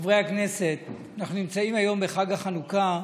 חברי הכנסת, אנחנו נמצאים היום בחג החנוכה,